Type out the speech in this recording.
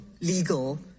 legal